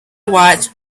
watched